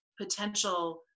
potential